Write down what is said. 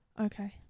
Okay